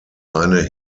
eine